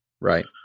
right